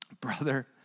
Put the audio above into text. brother